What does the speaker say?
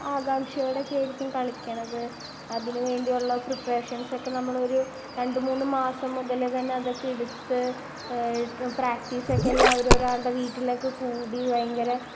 ആകാംഷയോടൊക്കെ ആയിരിക്കും കളിക്കുന്നത് അതിന് വേണ്ടിയുള്ള പ്രിപ്പറേഷൻസ് ഒക്കെ നമ്മൾ ഒരു രണ്ട് മൂന്ന് മാസം മുതൽ തന്നെ അതൊക്കെ എടുത്ത് പ്രാക്റ്റീസൊക്കെ എല്ലാവരും ഒരാളുടെ വീട്ടിലൊക്ക കൂടി ഭയങ്കര